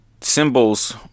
symbols